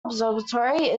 observatory